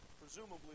Presumably